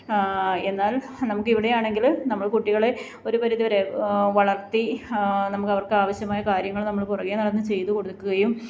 എന്നാൽ നമുക്കിവിടെയാണെങ്കില് നമ്മൾ കുട്ടികളെ ഒരു പരിധിവരെ വളർത്തി നമുക്ക് അവർക്കാവശ്യമായ കാര്യങ്ങൾ നമ്മൾ പുറകെ നടന്ന് ചെയ്തുകൊടുക്കുകയും